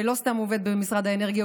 לא סתם הוא עובד במשרד האנרגיה,